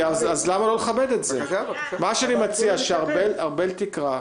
מציע, שארבל תקרא,